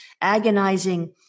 agonizing